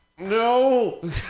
no